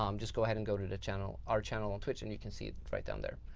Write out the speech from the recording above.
um just go ahead and go to the channel, our channel on twitch and you can see it right down there.